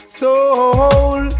soul